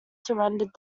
surrendered